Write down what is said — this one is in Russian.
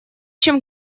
чем